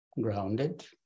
grounded